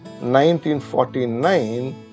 1949